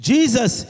Jesus